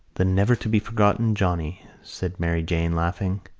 the never-to-be-forgotten johnny, said mary jane, laughing.